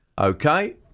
Okay